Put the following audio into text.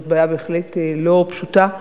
זאת בעיה בהחלט לא פשוטה.